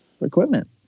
equipment